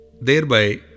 thereby